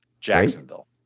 Jacksonville